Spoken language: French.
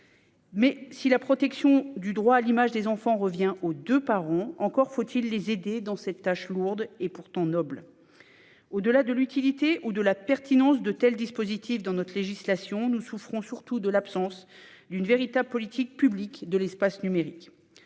? Si la protection du droit à l'image des enfants revient aux deux parents, encore faut-il les aider dans cette tâche lourde et pourtant noble. Au-delà de l'utilité ou de la pertinence de tel dispositif dans notre législation, nous souffrons surtout de l'absence d'une véritable politique publique de l'espace numérique.